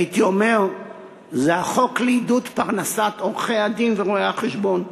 והייתי אומר שזה החוק לעידוד פרנסת עורכי-הדין ורואי-החשבון,